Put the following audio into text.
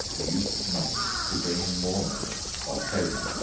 the use of money to bring in more money by trading.